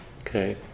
Okay